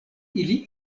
ili